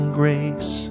grace